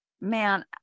man